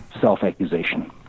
self-accusation